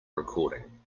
recording